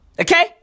Okay